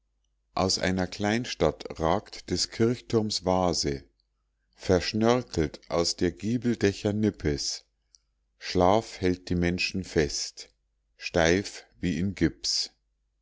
aus einer kleinstadt ragt des kirchturms vase verschnörkelt aus der giebeldächer nippes schlaf hält die menschen fest steif wie in gips